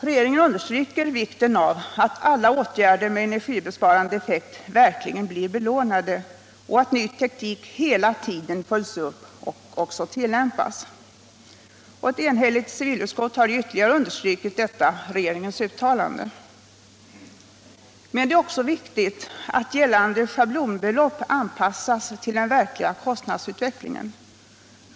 Regeringen understryker vikten av att lån verkligen lämnas till alla åtgärder med energisparande effekt och att ny teknik hela tiden följs upp och även tillämpas. Ett enigt civilutskott har ytterligare understrukit detta regeringens uttalande. Det är också viktigt att gällande schablonbelopp anpassas till den verkliga kostnadsutvecklingen.